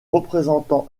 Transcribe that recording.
représentant